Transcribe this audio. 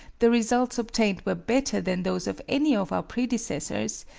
the results obtained were better than those of any of our predecessors,